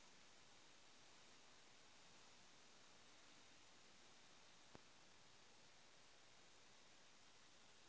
एक खान बैंकोत स्थानंतरण कुंसम करे करूम?